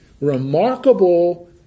remarkable